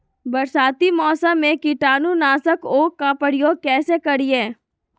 बरसाती मौसम में कीटाणु नाशक ओं का प्रयोग कैसे करिये?